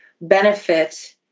benefit